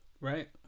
Right